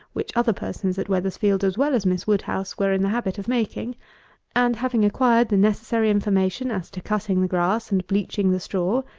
which other persons at weathersfield, as well as miss woodhouse, were in the habit of making and having acquired the necessary information as to cutting the grass and bleaching the straw,